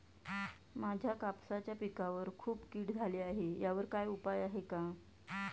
माझ्या कापसाच्या पिकावर खूप कीड झाली आहे यावर काय उपाय आहे का?